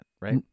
right